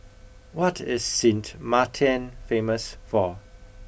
what is Sint Maarten famous for